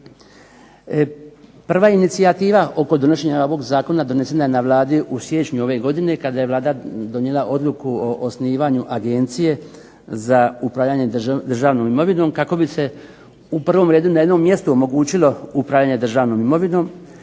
Prva inicijativa oko donošenja ovog zakona donesena je na vladi u siječnju ove godine kada je Vlada donijela odluku o osnivanju Agencije za upravljanje državnom imovinom kako bi se u prvom redu na jednom mjestu omogućilo upravljanje državnom imovinom,